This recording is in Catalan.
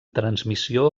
transmissió